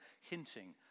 hinting